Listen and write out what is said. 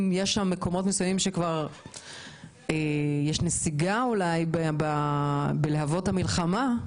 יש מקומות מסוימים בהם יש נסיגה בלהבות המלחמה,